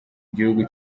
gihugu